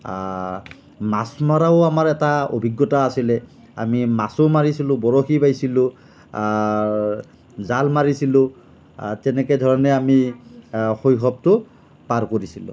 মাছ মৰাও আমাৰ এটা অভিজ্ঞতা আছিলে আমি মাছো মাৰিছিলোঁ বৰশী বাইছিলোঁ জাল মাৰিছিলোঁ তেনেকে ধৰণে আমি শৈশৱটো পাৰ কৰিছিলোঁ